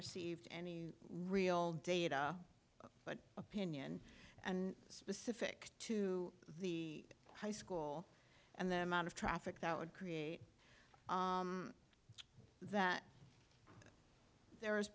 received any real data but opinion and specific to the high school and them out of traffic that would create that there